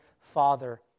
Father